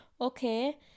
okay